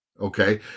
Okay